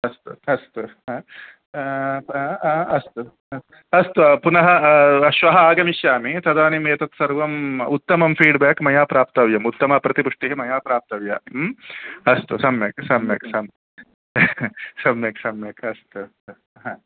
अस्तु अस्तु ह अस्तु अस्तु ह पुनः श्वः आगमिष्यामि तदानीम् एतत् सर्वम् उत्तमं फीड्ब्याक् मया प्राप्तव्यम् उत्तम प्रतिपुष्टिः मया प्राप्तव्या अस्तु सम्यक् सम्यक् सम्यक् सम्यक् सम्यक् अस्तु ह